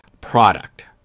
product